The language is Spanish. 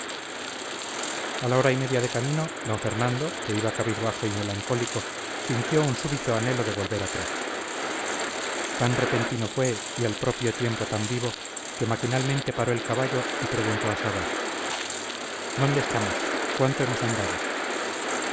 la hora y media de camino d fernando que iba cabizbajo y melancólico sintió un súbito anhelo de volver atrás tan repentino fue y al propio tiempo tan vivo que maquinalmente paró el caballo y preguntó a sabas dónde estamos cuánto hemos andado